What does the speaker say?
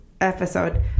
episode